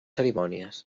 cerimònies